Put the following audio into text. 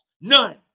None